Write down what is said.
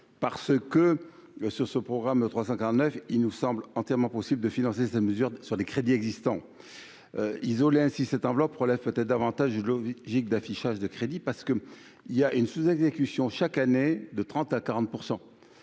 parce que le ce, ce programme 349 il nous semble entièrement possible de financer ces mesures sur les crédits existants isolé ainsi cette enveloppe relève davantage GIC d'affichage de crédit parce que il y a une sous exécution chaque année de 30 à 40